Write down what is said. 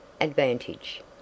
advantage